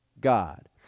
God